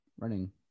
Running